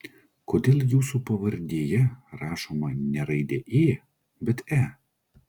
kodėl jūsų pavardėje rašoma ne raidė ė bet e